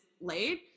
late